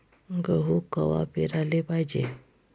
गहू कवा पेराले पायजे?